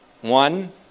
One